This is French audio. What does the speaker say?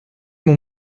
mon